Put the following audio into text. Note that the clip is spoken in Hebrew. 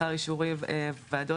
לאחר אישורי ועדות,